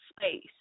space